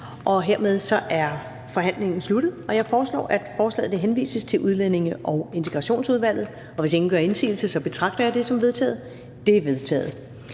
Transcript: Hermed er forhandlingen sluttet. Jeg foreslår, at forslaget henvises til Udlændinge- og Integrationsudvalget. Hvis ingen gør indsigelse, betragter jeg det som vedtaget. Det er vedtaget.